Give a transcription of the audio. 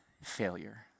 failure